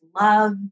love